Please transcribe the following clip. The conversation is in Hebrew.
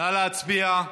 נא להצביע.